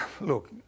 Look